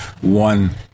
one